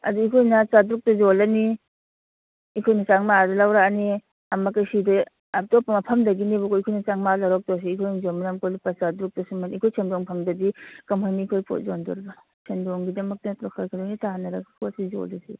ꯑꯗꯨ ꯑꯩꯈꯣꯏꯅ ꯆꯥꯇ꯭ꯔꯨꯛꯇ ꯌꯣꯜꯂꯅꯤ ꯑꯩꯈꯣꯏꯅ ꯆꯥꯝꯉꯥꯗ ꯂꯧꯔꯛꯑꯅꯤ ꯑꯃꯨꯛꯀ ꯁꯤꯗꯤ ꯑꯇꯣꯞꯄ ꯃꯐꯝꯗꯒꯤꯅꯦꯕꯦꯀꯣ ꯑꯩꯈꯣꯏꯅ ꯆꯥꯝꯉꯥ ꯂꯧꯔꯛꯇꯣꯏꯁꯤ ꯑꯩꯈꯣꯏꯅ ꯌꯣꯟꯕꯅ ꯑꯃꯨꯛꯀ ꯂꯨꯄꯥ ꯆꯥꯇ꯭ꯔꯨꯛꯇ ꯁꯤꯃꯗꯤ ꯑꯩꯈꯣꯏ ꯁꯦꯟꯗꯣꯡ ꯐꯪꯗ꯭ꯔꯗꯤ ꯀꯃꯥꯏꯅ ꯑꯩꯈꯣꯏ ꯄꯣꯠ ꯌꯣꯟꯗꯧꯔꯤꯕ ꯁꯦꯟꯗꯣꯡꯒꯤꯗꯃꯛꯇ ꯅꯠꯇ꯭ꯔꯣ ꯈꯔ ꯈꯔ ꯂꯣꯏꯅ ꯇꯥꯟꯅꯔꯒ ꯄꯣꯠꯁꯤ ꯌꯣꯜꯂꯤꯁꯤ